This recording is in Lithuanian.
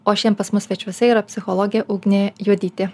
o šian pas mus svečiuose yra psichologė ugnė juodytė